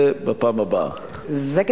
מי ממלא-מקום של ממלא-המקום?